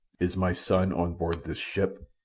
is my son on board this ship?